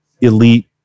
elite